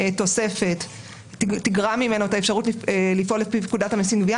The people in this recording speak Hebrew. התוספת תגרע ממנו את האפשרות לפעול לפי פקודת המיסים (גבייה),